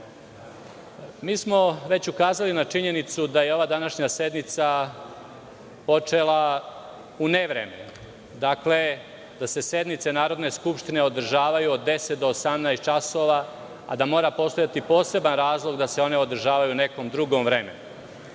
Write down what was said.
smo već ukazali na činjenicu da je ova današnja sednica počela u nevreme, da se sednice Narodne skupštine održavaju od 10 do 18 časova, a da mora postojati poseban razlog da se one održavaju u nekom drugom vremenu.